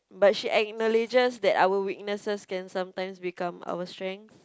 but she acknowledges that our weaknesses can sometimes become our strength